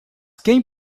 quem